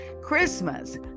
Christmas